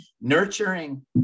nurturing